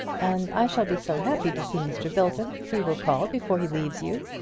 and i shall be so happy to see mr. belton if he will call before he leaves you.